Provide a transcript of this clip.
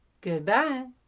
Goodbye